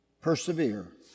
Persevere